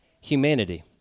humanity